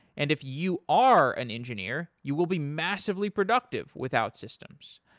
and if you are an engineer, you will be massively productive with outsystems.